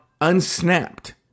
unsnapped